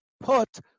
put